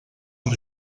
per